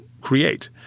create